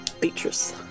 Beatrice